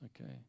Okay